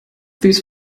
these